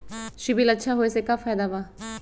CIBIL अच्छा होऐ से का फायदा बा?